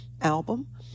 album